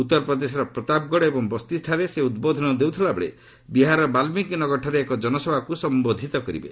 ଉତ୍ତର ପ୍ରଦେଶର ପ୍ରତାପଗଡ଼ ଏବଂ ବସ୍ତିଠାରେ ସେ ଉଦ୍ବୋଧନ ଦେଉଥିଲାବେଳେ ବିହାରର ବାଲୁିକୀ ନଗରଠାରେ ଏକ ଜନସଭାକୁ ସମ୍ବୋଧିତ କରିବେ